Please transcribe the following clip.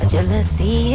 Jealousy